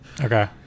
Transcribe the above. okay